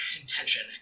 intention